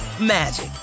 magic